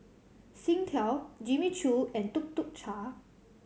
Singtel Jimmy Choo and Tuk Tuk Cha